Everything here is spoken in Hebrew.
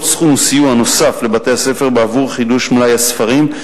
סכום סיוע נוסף לבתי-הספר בעבור חידוש מלאי הספרים,